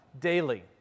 daily